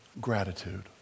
gratitude